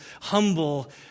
humble